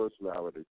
personality